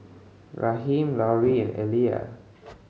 Raheem Laurie and Elia